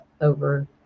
over